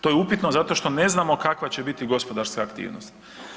To je upitno zato što ne znamo kakva će biti gospodarska aktivnosti.